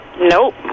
Nope